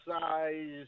size